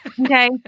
Okay